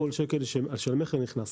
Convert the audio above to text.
כל שקל של מכר נכנס.